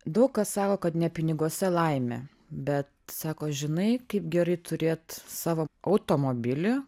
daug kas sako kad ne piniguose laimė bet sako žinai kaip gerai turėt savo automobilį